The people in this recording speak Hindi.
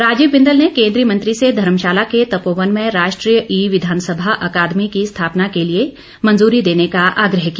राजीव बिंदल ने केंद्रीय मंत्री से धर्मशाला के तपोवन में राष्ट्रीय ई विधान सभा अकादमी की स्थापना के लिए मंजूरी देने का आग्रह किया